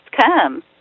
come